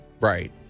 Right